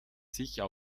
sicher